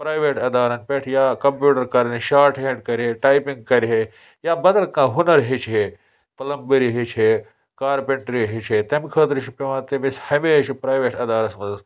private اِدارَن پٮ۪ٹھ یا کَمپیوٗٹر کَرنہِ شاٹ ہینٛڈ کرِ ہے ٹایپِنٛگ کَرِ ہے یا بدل کانٛہہ ہُنر ہیٚچھِ ہے پٕلَمبٔری ہیٚچھِ ہے کارپٮ۪نٛٹرٛی ہیٚچھِ ہے تَمہِ خٲطرٕ چھِ پیٚوان تٔمِس ہمیشہِ پرٛایویٹ اِدارَس منٛز